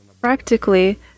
practically